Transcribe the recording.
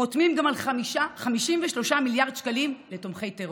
חותמים גם על 53 מיליארד שקלים לתומכי טרור.